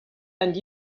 and